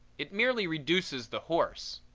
it merely reduces the horse.